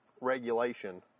regulation